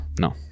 No